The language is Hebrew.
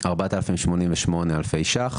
4,088 אלפי ₪,